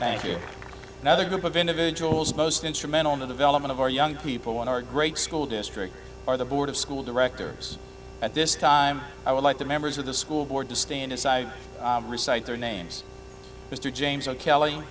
thank you another group of individuals most instrumental in the development of our young people in our great school district are the board of school directors at this time i would like the members of the school board to stand aside and recite their names mr james kell